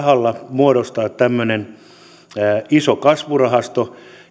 muodostaa tämmöisen ison kasvurahaston